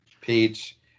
page